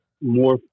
more